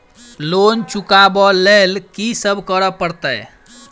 Loan चुका ब लैल की सब करऽ पड़तै?